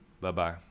Bye-bye